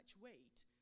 weight